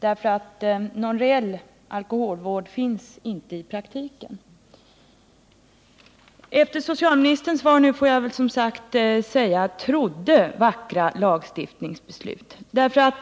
Någon reell alkoholvård finns nämligen inte i praktiken. Efter socialministerns svar nu får jag väl säga att jag trodde det var vackra lagstiftningsbeslut.